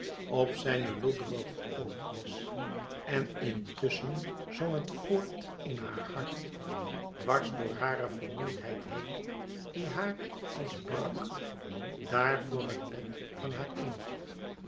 op zijne lodderige oogjes en intusschen zong het voort in haar hart dwars door hare vermoeidheid heen die haar als brak daar voor het bed van haar kindje